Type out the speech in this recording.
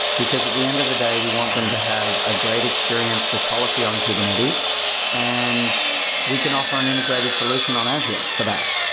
because at the end of the day, we want them to have a great experience with policy on kubernetes and we can offer an integrated solution on azure for that.